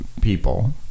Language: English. people